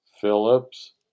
Phillips